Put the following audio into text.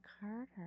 Carter